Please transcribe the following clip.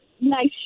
nice